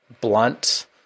blunt